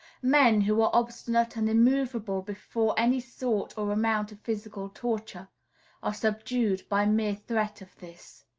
men who are obstinate and immovable before any sort or amount of physical torture are subdued by mere threat of this.